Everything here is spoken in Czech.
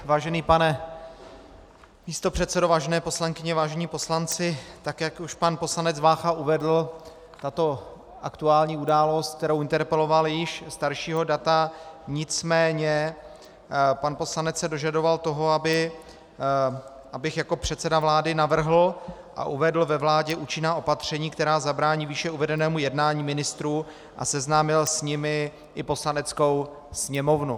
Vážený pane místopředsedo, vážené poslankyně, vážení poslanci, tak jak už pan poslanec Vácha uvedl, tato aktuální událost, kterou interpeloval, je již staršího data, nicméně pan poslanec se dožadoval toho, abych jako předseda vlády navrhl a uvedl ve vládě účinná opatření, která zabrání výše uvedenému jednání ministrů, a seznámil s nimi i Poslaneckou sněmovnu.